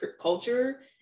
culture